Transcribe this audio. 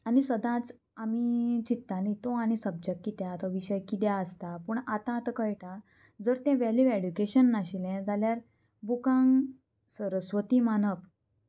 आनी सदांच आमी चिंत्ताली तो आनी सब्जेक्ट किद्या आसा तो विशय किद्या आसता पूण आतां आतां कळटा जर तें वेल्यू एडुकेशन नाशिल्लें जाल्यार बुकांक सरस्वती मानप